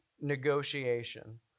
negotiation